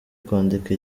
kwandika